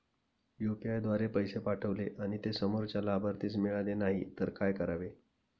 UPI द्वारे पैसे पाठवले आणि ते समोरच्या लाभार्थीस मिळाले नाही तर काय करावे?